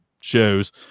shows